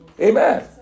Amen